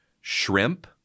Shrimp